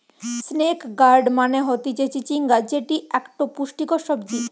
snake gourd মানে হতিছে চিচিঙ্গা যেটি একটো পুষ্টিকর সবজি